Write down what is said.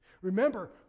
Remember